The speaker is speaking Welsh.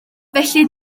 felly